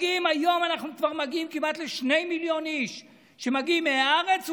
היום אנחנו כבר מגיעים כמעט לשני מיליון איש שמגיעים מהארץ ומחו"ל.